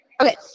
Okay